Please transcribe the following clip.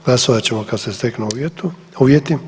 Glasovat ćemo kad se steknu uvjeti.